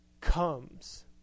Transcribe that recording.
comes